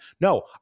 No